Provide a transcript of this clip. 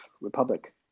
Republic